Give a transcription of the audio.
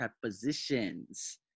prepositions